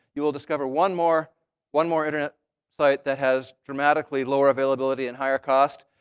you will discover one more one more internet site that has dramatically lower availability and higher cost.